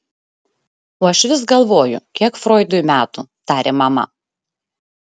o aš vis galvoju kiek froidui metų tarė mama